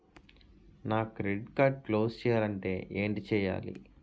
నా credit card close చేయాలంటే ఏంటి చేయాలి?